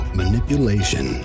manipulation